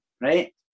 right